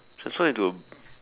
transform into